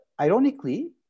ironically